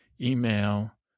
email